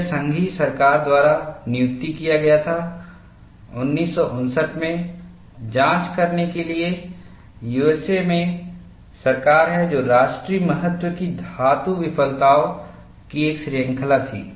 यह संघीय सरकार द्वारा नियुक्ति किया गया था 1959 में जांच करने के लिए USA में सरकार है जो राष्ट्रीय महत्व की धातु विफलताओं की एक श्रृंखला थी